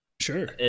Sure